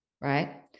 right